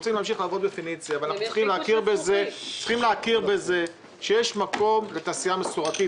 אנחנו צריכים להכיר בזה שיש מקום לתעשייה מסורתית.